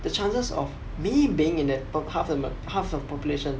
the chances of me being in that po~ half o~ half of population